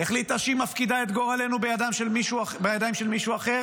החליטה שהיא מפקידה את גורלנו בידיים של מישהו אחר,